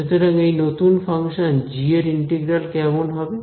সুতরাং এই নতুন ফাংশন g এর ইন্টিগ্রাল কেমন হবে